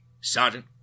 Sergeant